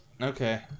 Okay